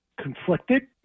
conflicted